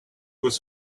was